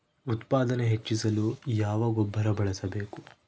ಉತ್ಪಾದನೆ ಹೆಚ್ಚಿಸಲು ಯಾವ ಗೊಬ್ಬರ ಬಳಸಬೇಕು?